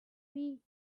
weaker